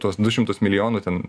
tuos du šimtus milijonų ten